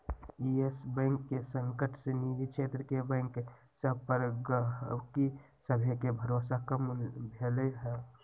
इयस Bank के संकट से निजी क्षेत्र के बैंक सभ पर गहकी सभके भरोसा कम भेलइ ह